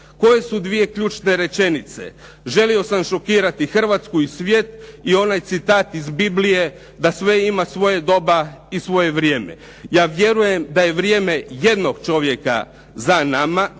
koje su dvije ključne rečenice. Želio sam šokirati Hrvatsku i svijet i onaj citat iz Biblije da sve ima svoje doba i svoje vrijeme. Ja vjerujem da je vrijeme jednog čovjeka za nama.